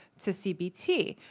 to cbt.